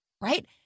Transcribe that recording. Right